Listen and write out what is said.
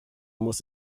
muss